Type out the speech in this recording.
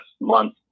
month